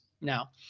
now